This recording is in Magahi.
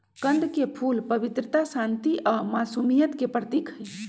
कंद के फूल पवित्रता, शांति आ मासुमियत के प्रतीक हई